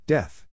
Death